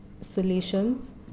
solutions